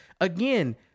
Again